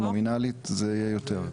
נומינלית זה יהיה יותר.